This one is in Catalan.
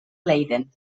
leiden